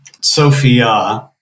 Sophia